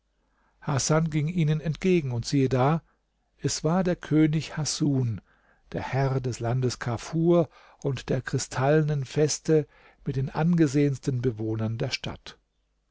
hasan ging ihnen entgegen und siehe da es war der könig hasun der herr des landes kafur und der kristallnen veste mit den angesehensten bewohnern der stadt